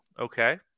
okay